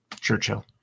Churchill